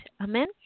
Amen